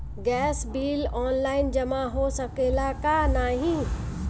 Gas bill online जमा हो सकेला का नाहीं?